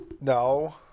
No